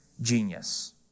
genius